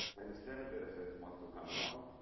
and the seventh datasets want to come along